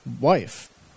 wife